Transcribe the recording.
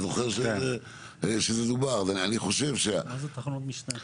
אני אסביר.